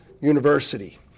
University